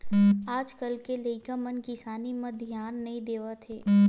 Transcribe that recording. आज कल के लइका मन किसानी म धियान नइ देवत हे